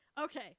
okay